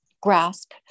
grasp